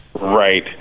Right